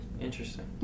interesting